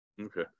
Okay